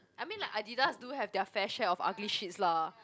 I mean like Adidas do have their fair share of ugly shits lah